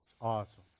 Awesome